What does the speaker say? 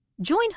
Join